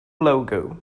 logo